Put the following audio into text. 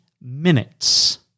minutes